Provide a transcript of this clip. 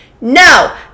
no